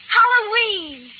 Halloween